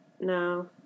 No